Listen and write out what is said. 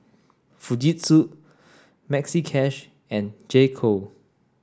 Fujitsu Maxi Cash and J Co